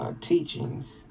Teachings